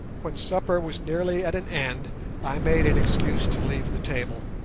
when supper was nearly at an end i made an excuse to leave the table.